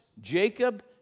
Jacob